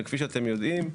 וכפי שאתם יודעים,